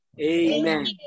Amen